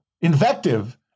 invective